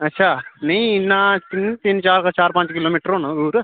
अच्छा नेईं इन्ना निं तिन्न चार ते चार पंज किलोमीटर होना जरूर